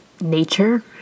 nature